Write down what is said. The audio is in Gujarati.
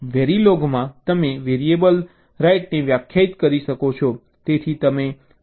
વેરીલોગમાં તમે વેરીએબલ રાઈટને વ્યાખ્યાયિત કરી શકો છો